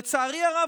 לצערי הרב,